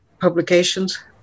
publications